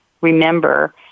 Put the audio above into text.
remember